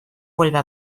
vuelva